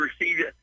received